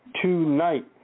Tonight